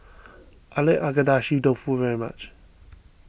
I like Agedashi Dofu very much